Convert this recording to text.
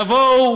יבואו